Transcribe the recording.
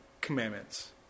commandments